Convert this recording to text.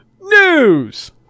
news